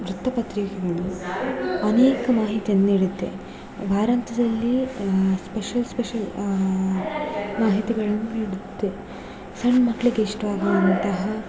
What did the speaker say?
ವೃತ್ತಪತ್ರಿಕೆಗಳು ಅನೇಕ ಮಾಹಿತಿಯನ್ನು ನೀಡುತ್ತೆ ವಾರಂತ್ಯದಲ್ಲಿ ಸ್ಪೆಷಲ್ ಸ್ಪೆಷಲ್ ಮಾಹಿತಿಗಳನ್ನು ನೀಡುತ್ತೆ ಸಣ್ಣ ಮಕ್ಳಿಗೆ ಇಷ್ಟವಾಗುವಂತಹ